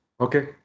Okay